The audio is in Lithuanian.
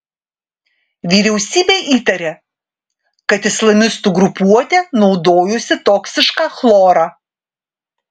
vyriausybė įtaria kad islamistų grupuotė naudojusi toksišką chlorą